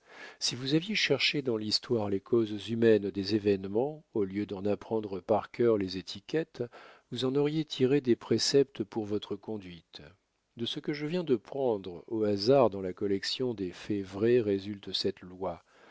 si vous aviez cherché dans l'histoire les causes humaines des événements au lieu d'en apprendre par cœur les étiquettes vous en auriez tiré des préceptes pour votre conduite de ce que je viens de prendre au hasard dans la collection des faits vrais résulte cette loi